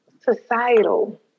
societal